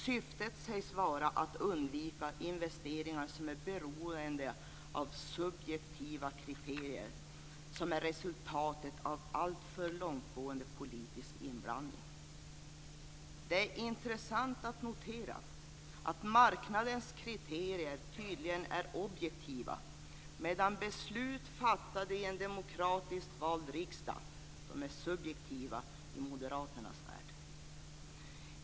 Syftet sägs vara att undvika investeringar som är beroende av subjektiva kriterier som är resultatet av alltför långtgående politisk inblandning. Det är intressant att notera att marknadens kriterier tydligen är objektiva medan beslut fattade i en demokratiskt vald riksdag är subjektiva i moderaternas värld.